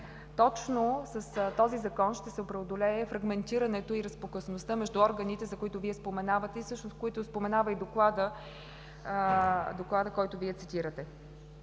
Точно с този Закон ще се преодолее фрагментирането и разпокъсаността между органите, за които Вие споменавате, които споменава всъщност и Докладът, който Вие цитирате.